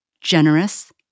generous